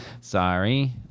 Sorry